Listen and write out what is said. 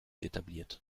etabliert